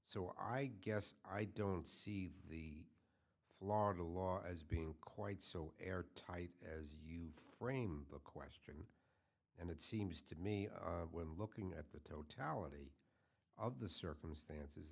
so i guess i don't see the florida law as being quite so air tight as you frame the question and it seems to me when looking at the totality of the circumstances